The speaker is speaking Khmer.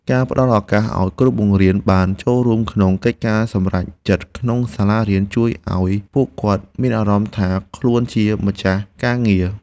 ការផ្តល់ឱកាសឱ្យគ្រូបង្រៀនបានចូលរួមក្នុងកិច្ចការសម្រេចចិត្តក្នុងសាលារៀនជួយឱ្យពួកគាត់មានអារម្មណ៍ថាខ្លួនជាម្ចាស់ការងារ។